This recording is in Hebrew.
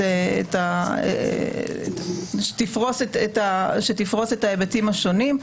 שתפרוש את ההיבטים השונים.